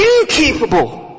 incapable